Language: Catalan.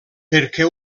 perquè